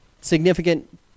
significant